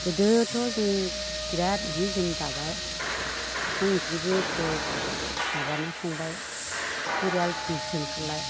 गोदोथ' जों बिराद हि जोम दाबाय ओंखाम ओंख्रिबो एखे माबाना संबाय परियाल बिसजोन खालाय